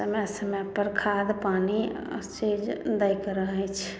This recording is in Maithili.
समय समय पर खाद पानि हर चीज दै के रहै छै